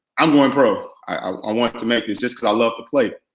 i'm going pro, i wanted to make this just cause i love to play.